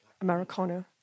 Americano